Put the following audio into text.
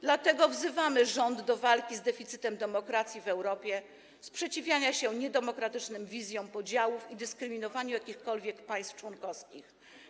Dlatego wzywamy rząd do walki z deficytem demokracji w Europie, sprzeciwiania się niedemokratycznym wizjom podziałów i dyskryminowaniu jakichkolwiek państw członkowskich.